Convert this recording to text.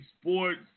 sports